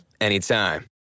anytime